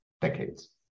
decades